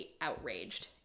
outraged